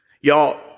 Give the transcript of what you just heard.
Y'all